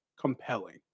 compelling